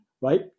right